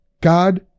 God